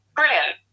brilliant